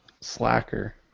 Slacker